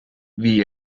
wie